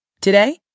Today